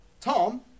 Tom